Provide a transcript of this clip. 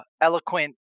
eloquent